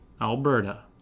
Alberta